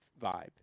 vibe